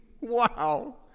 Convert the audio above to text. Wow